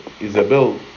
Isabel